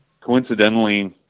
coincidentally